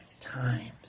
times